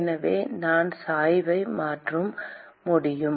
எனவே நான் சாய்வை மாற்ற முடியும்